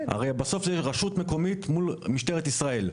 הרי בסוף זה רשות מקומית מול משטרת ישראל.